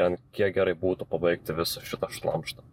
ant kiek gerai būtų pabaigti visą šitą šlamštą